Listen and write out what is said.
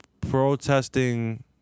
protesting